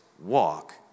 walk